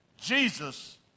Jesus